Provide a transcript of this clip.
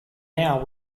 now